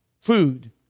food